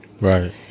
right